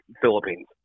Philippines